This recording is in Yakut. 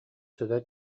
сыта